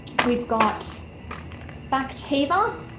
we've got factiva.